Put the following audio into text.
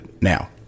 Now